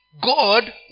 God